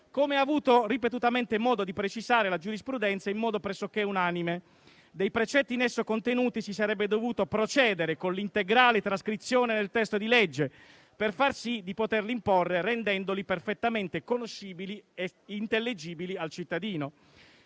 come ha avuto ripetutamente modo di precisare la giurisprudenza in modo pressoché unanime; dei precetti in esso contenuti si sarebbe dovuto procedere con l'integrale trascrizione nel testo di legge per far sì di poterli imporre, rendendoli perfettamente conoscibili ( ed intelligibili ) al cittadino.